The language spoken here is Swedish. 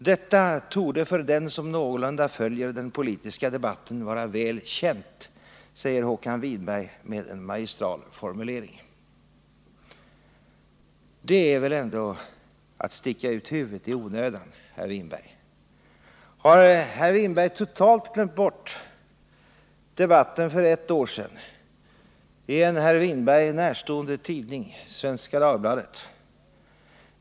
”Detta torde för den som någorlunda följer den politiska debatten vara väl känt”, säger Håkan Winberg med en magistral formulering. Det är väl ändå att sticka ut huvudet i onödan, herr Winberg. Har herr Winberg totalt glömt bort debatten för ett år sedan i en herr Winberg närstående tidning, Svenska Dagbladet?